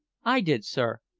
i did, sir.